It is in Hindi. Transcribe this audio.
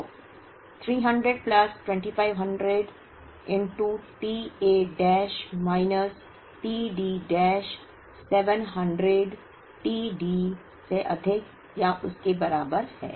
तो 300 plus 2500 t A dash minus t D dash 700 t D से अधिक या उसके बराबर है